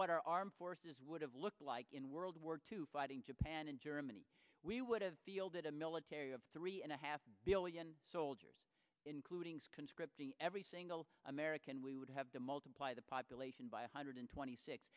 what our armed forces would have looked like in world war two fighting japan and germany we would have the old it a military of three and a half billion soldiers including skin scripting every single american we would have to multiply the population by one hundred twenty six